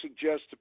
suggest